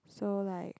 so like